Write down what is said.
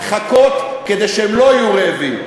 חכות כדי שהם לא יהיו רעבים.